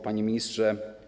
Panie Ministrze!